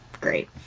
great